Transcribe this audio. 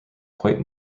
quite